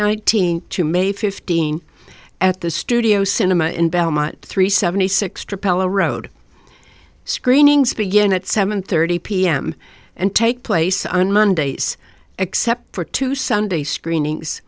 nineteenth to may fifteenth at the studio cinema in belmont three seventy six to pella road screenings begin at seven thirty pm and take place on mondays except for two sunday screenings